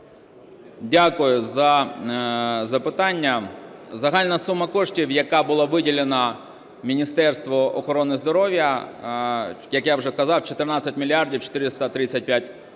Дякую за запитання. Загальна сума коштів, яка була виділена Міністерству охорони здоров'я, як я вже казав, 14 мільярдів 435